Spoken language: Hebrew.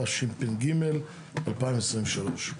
התשפ"ג-2023.